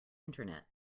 internet